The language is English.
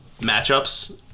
matchups